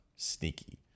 sneaky